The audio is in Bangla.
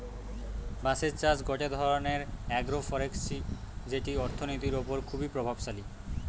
বাঁশের চাষ গটে ধরণের আগ্রোফরেষ্ট্রী যেটি অর্থনীতির ওপর খুবই প্রভাবশালী